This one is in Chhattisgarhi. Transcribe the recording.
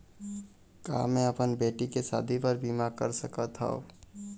का मैं अपन बेटी के शादी बर बीमा कर सकत हव?